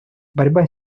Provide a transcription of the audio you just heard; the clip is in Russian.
борьба